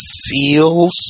Seals